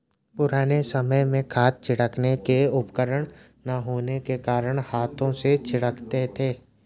पुराने समय में खाद छिड़कने के उपकरण ना होने के कारण हाथों से छिड़कते थे